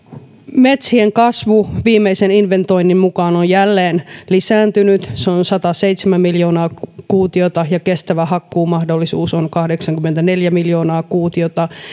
metsien kasvu viimeisen inventoinnin mukaan on jälleen lisääntynyt se on sataseitsemän miljoonaa kuutiota ja kestävä hakkuumahdollisuus on kahdeksankymmentäneljä miljoonaa kuutiota